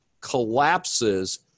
collapses